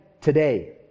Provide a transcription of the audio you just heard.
today